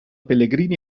pellegrini